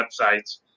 websites